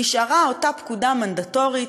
נשארה אותה פקודה מנדטורית,